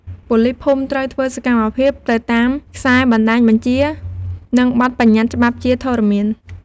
ប៉ូលីសភូមិត្រូវធ្វើសកម្មភាពទៅតាមខ្សែបណ្តាញបញ្ជា និងបទប្បញ្ញត្តិច្បាប់ជាធរមាន។